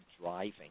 driving